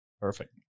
Perfect